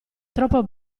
troppo